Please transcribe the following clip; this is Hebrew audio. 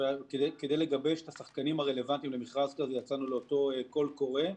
כדי לגבש את השחקנים הרלוונטיים למכרז כזה יצאנו בקול קורא.